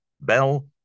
Bell